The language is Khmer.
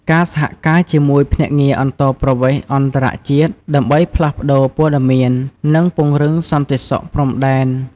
ការសហការជាមួយភ្នាក់ងារអន្តោប្រវេសន៍អន្តរជាតិដើម្បីផ្លាស់ប្តូរព័ត៌មាន និងពង្រឹងសន្តិសុខព្រំដែន។